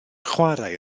chwarae